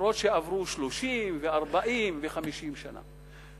אפילו שעברו 30 ו-40 ו-50 שנה,